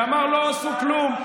ואמר: לא עשו כלום.